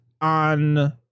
on